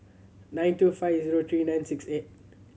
nine two five zero three nine six eight